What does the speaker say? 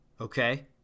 Okay